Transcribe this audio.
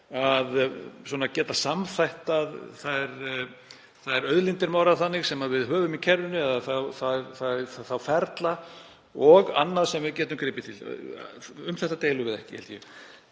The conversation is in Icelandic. að geta samþætt þær auðlindir, ef það má orða þannig, sem við höfum í kerfinu eða þá ferla og annað sem við getum gripið til. Um það deilum við ekki, held ég.